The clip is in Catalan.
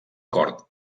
cort